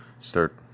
start